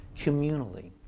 communally